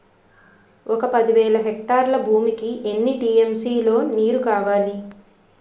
ఒక పది వేల హెక్టార్ల భూమికి ఎన్ని టీ.ఎం.సీ లో నీరు కావాలి?